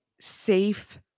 safe